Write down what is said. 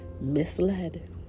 misled